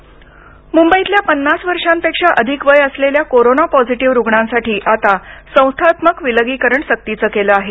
विलगीकरण मुंबईतल्या पन्नास वर्षांपेक्षा अधिक वय असलेल्या कोरोना पॉझिटीव्ह रुग्णांसाठी आता संस्थात्मक विलगीकरण सक्तीचं केलं आहे